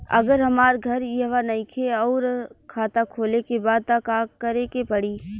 अगर हमार घर इहवा नईखे आउर खाता खोले के बा त का करे के पड़ी?